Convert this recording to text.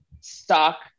stock